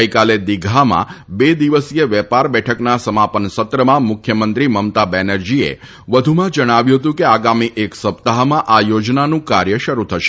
ગઈકાલે દિધામાં બે દિવસીય વેપાર બેઠકના સમાપન સત્રમાં મુખ્યમંત્રી મમતા બેનર્જીએ વધુમાં જણાવ્યું હતું કે આગામી એક સપ્તાહમાં આ યોજનાનું કાર્ય શરૂ થશે